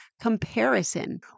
comparison